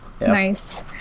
Nice